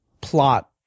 plot